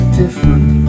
different